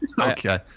Okay